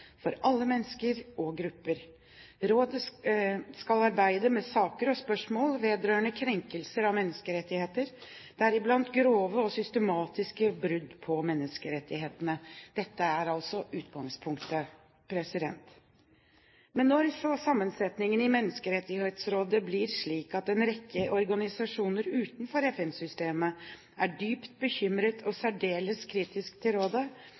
for alle mennesker og grupper. Rådet skal arbeide med saker og spørsmål vedrørende krenkelser av menneskerettighetene, deriblant grove og systematiske brudd på menneskerettighetene. Dette er altså utgangspunktet. Men når så sammensetningen i Menneskerettighetsrådet blir slik at en rekke organisasjoner utenfor FN-systemet er dypt bekymret og særdeles kritisk til rådet,